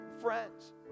friends